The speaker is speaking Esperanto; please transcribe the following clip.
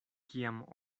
kiam